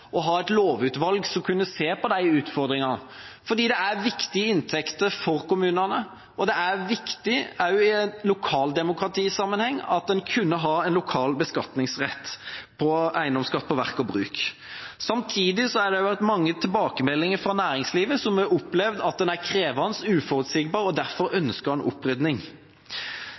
å ha et lovutvalg som kunne se på de utfordringene. For dette er viktige inntekter for kommunene, og det er også viktig i en lokaldemokratisammenheng å kunne ha lokal beskatningsrett, eiendomsskatt, på verk og bruk. Samtidig har det kommet mange tilbakemeldinger fra næringslivet, som har opplevd at den er krevende og uforutsigbar og derfor har ønsket en opprydning.